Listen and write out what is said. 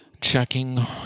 checking